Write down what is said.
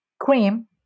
cream